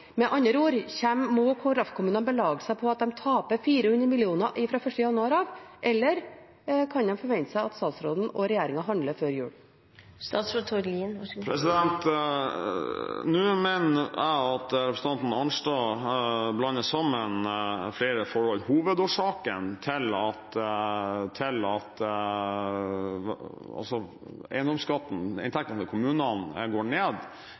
Med andre ord: Må kraftkommunene belage seg på å tape 400 mill. kr fra 1. januar, eller kan de forvente at statsråden og regjeringen handler før jul? Nå mener jeg at representanten Arnstad blander sammen flere forhold. Hovedårsaken til at eiendomsskatten – inntektene til kommunene – går ned,